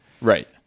right